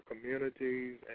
communities